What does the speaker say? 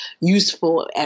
useful